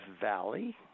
Valley